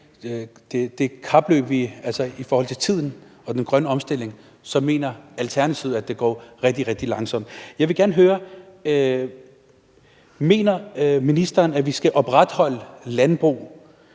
det kapløb i forhold til tiden og den grønne omstilling mener Alternativet, at det går rigtig, rigtig langsomt. Jeg vil gerne høre: Mener ministeren, at vi skal opretholde landbrug,